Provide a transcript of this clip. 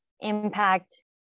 impact